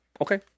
okay